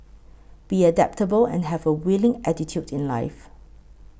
be adaptable and have a willing attitude in life